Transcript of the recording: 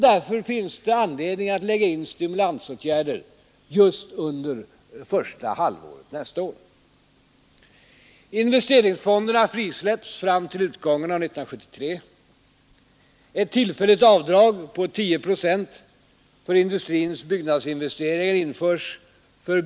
Därför finns det anledning att lägga in stimulansåtgärder just under första halvåret nästa år.